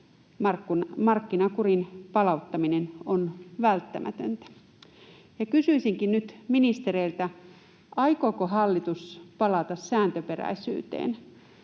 Markkinakurin palauttaminen on välttämätöntä. Kysyisinkin nyt ministereiltä, aikooko hallitus palata sääntöperäisyyteen.